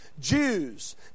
Jews